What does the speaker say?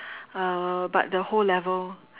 uh but the whole level